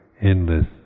endless